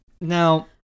Now